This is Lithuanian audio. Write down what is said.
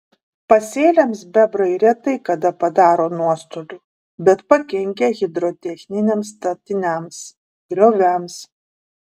pasėliams bebrai retai kada padaro nuostolių bet pakenkia hidrotechniniams statiniams grioviams